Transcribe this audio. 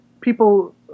people